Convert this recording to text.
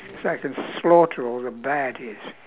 so I can slaughter all the baddies